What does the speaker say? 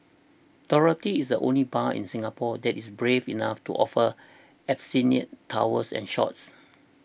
Dorothy's is the only bar in Singapore that is brave enough to offer Absinthe towers and shots